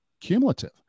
cumulative